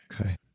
okay